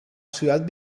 ciudad